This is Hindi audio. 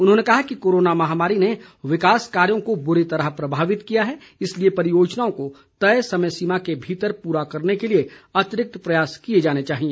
उन्होंने कहा कि कोरोना महामारी ने विकास कार्यो को बुरी तरह प्रभावित किया है इसलिए परियोजनाओं को तय समय सीमा के भीतर पूरा करने के लिए अतिरिक्त प्रयास किए जाने चाहिए